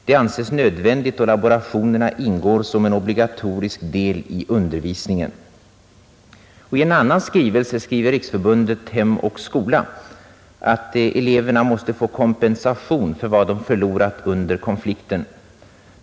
Det anses nödvändigt då laborationerna ingår som en obligatorisk del i undervisningen.” I en annan skrivelse framhåller Riksförbundet Hem och skola att eleverna måste få kompensation för vad de förlorat under konflikten.